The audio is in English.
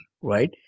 Right